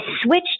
switched